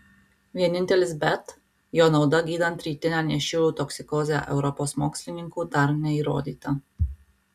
vienintelis bet jo nauda gydant rytinę nėščiųjų toksikozę europos mokslininkų dar neįrodyta